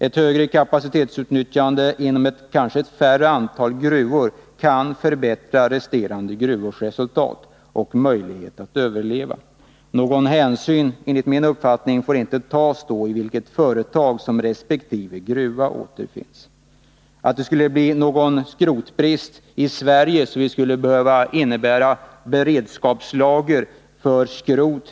Ett högre kapacitetsutnyttjande inom kanske ett mindre antal gruvor kan förbättra de resterande gruvornas resultat och möjlighet att överleva. Någon hänsyn får enligt min mening då inte tas till i vilket företag som resp. gruva återfinns. Att det skulle bli någon skrotbrist i Sverige, så att vi skulle behöva införa beredskapslager för skrot, tror jag inte.